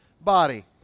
body